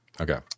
Okay